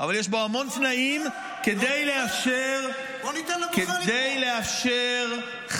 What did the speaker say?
אבל יש בה המון תנאים לאפשר -- בוא ניתן לבוחר לקבוע.